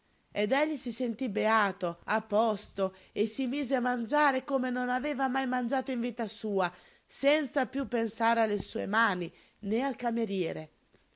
ed egli si sentí beato a posto e si mise a mangiare come non aveva mangiato mai in vita sua senza piú pensare alle sue mani né al cameriere